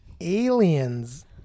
Aliens